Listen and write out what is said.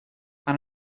and